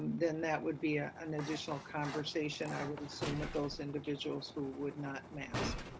then that would be ah an additional conversation i would assume with those individuals who would not mask.